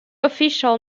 official